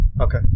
Okay